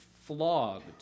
flogged